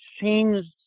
changed